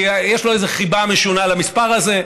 כי יש לו איזה חיבה משונה למספר הזה,